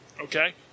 Okay